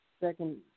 second –